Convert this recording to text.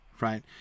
Right